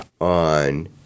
on